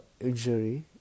injury